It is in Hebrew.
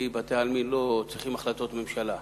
כי בתי-עלמין לא צריכים החלטות ממשלה,